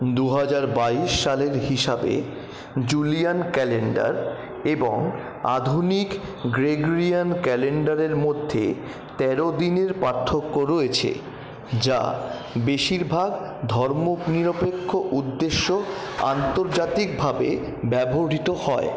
দু হাজার বাইশ সালের হিসাবে জুলিয়ান ক্যালেন্ডার এবং আধুনিক গ্রেগরিয়ান ক্যালেন্ডারের মধ্যে তেরো দিনের পার্থক্য রয়েছে যা বেশিরভাগ ধর্মনিরপেক্ষ উদ্দেশ্যে আন্তর্জাতিকভাবে ব্যবহৃত হয়